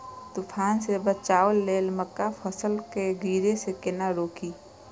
तुफान से बचाव लेल मक्का फसल के गिरे से केना रोकी?